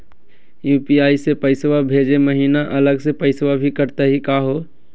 UPI स पैसवा भेजै महिना अलग स पैसवा भी कटतही का हो?